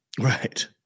Right